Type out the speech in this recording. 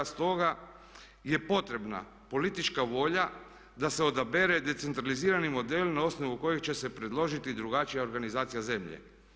Stoga je potrebna politička volja da se odabere decentralizirani model na osnovu kojeg će se predložiti drugačija organizacija zemlje.